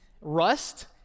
rust